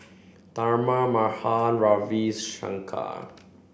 Tharman Mahan Ravi Shankar